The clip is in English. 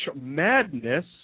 Madness